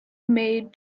maid